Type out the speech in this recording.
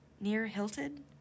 Near-hilted